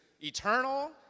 eternal